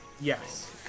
Yes